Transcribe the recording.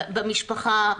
במשפחה,